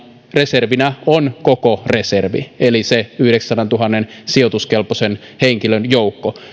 reservinä on koko reservi eli se yhdeksänsadantuhannen sijoituskelpoisen henkilön joukko